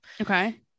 Okay